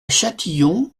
châtillon